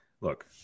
Look